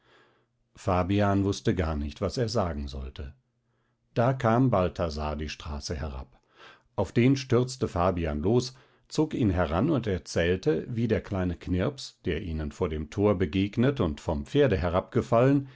fabian wußte gar nicht was er sagen sollte da kam balthasar die straße herab auf den stürzte fabian los zog ihn heran und erzählte wie der kleine knirps der ihnen vor dem tor begegnet und vom pferde